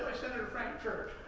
senator frank church,